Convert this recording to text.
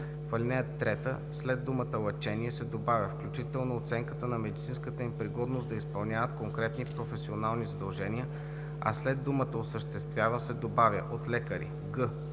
в ал. 3 след думата „лъчения“ се добавя „включително оценката на медицинската им пригодност да изпълняват конкретни професионални задължения“, а след думата „осъществява се“ се добавя „от лекари“;